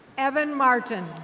evan martin.